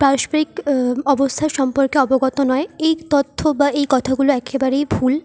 পারস্পরিক অবস্থা সম্পর্কে অবগত নয় এই তথ্য বা এই কথাগুলো একেবারেই ভুল